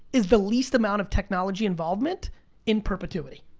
is the least amount of technology involvement in perpetuity.